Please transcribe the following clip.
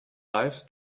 lives